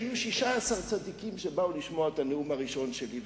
היו 16 צדיקים שבאו לשמוע את הנאום הראשון שלי.